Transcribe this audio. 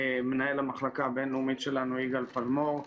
מנהל המחלקה הבינלאומית שלנו יגאל פלמור,